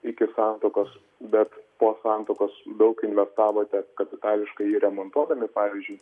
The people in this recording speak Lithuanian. iki santuokos bet po santuokos daug investavote kapitališkai jį remontuodami pavyzdžiui